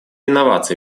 инновации